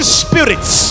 spirits